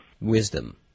wisdom